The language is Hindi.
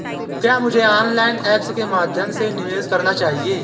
क्या मुझे ऑनलाइन ऐप्स के माध्यम से निवेश करना चाहिए?